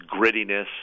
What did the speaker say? grittiness